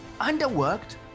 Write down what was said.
underworked